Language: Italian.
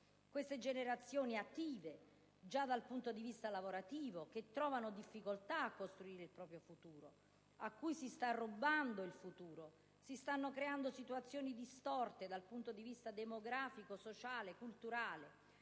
Queste generazioni, già attive dal punto di vista lavorativo, trovano difficoltà a costruire il proprio futuro; a queste generazioni si sta rubando il futuro, si stanno creando situazioni distorte dal punto di vista demografico, sociale, culturale.